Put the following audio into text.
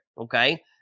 okay